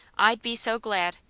i'd be so glad.